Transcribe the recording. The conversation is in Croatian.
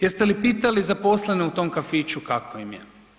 Jeste li pitali zaposlene u tom kafiću kako im je?